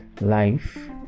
life